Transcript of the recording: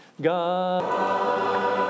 God